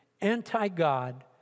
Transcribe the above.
anti-God